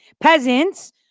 Peasants